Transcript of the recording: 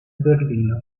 berlino